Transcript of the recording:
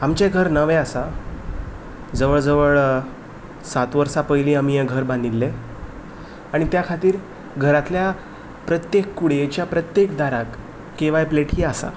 म्हजो आवडीचो खेळ हो लोगोर्यो लोगोर्यो हो खूब पयलींचो खेळ आतां सहसा कोण खेयळेळो दिसना आनी भुरगीं चडशीं तो खेळ खेळोकूं वचय बी ना